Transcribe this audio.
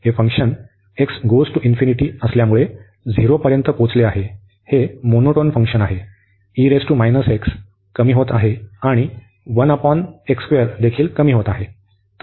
हे फंक्शन असल्यामुळे झिरोपर्यंत पोचले आहे हे मोनोटोन फंक्शन आहे कमी होत आहे आणि देखील कमी होत आहे